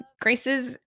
Grace's